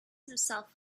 himself